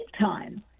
time